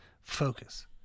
Focus